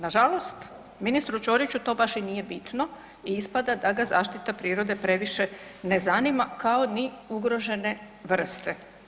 Nažalost, ministru Ćoriću to baš i nije bitno i ispada da ga zaštita prirode previše ne zanima, kao ni ugrožene vrste.